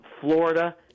Florida